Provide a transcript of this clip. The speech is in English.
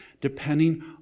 depending